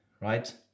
Right